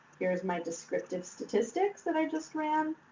here is my descriptive statistics that i've just ran.